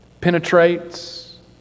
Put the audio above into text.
penetrates